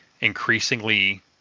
increasingly